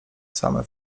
same